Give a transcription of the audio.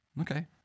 Okay